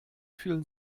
fühlen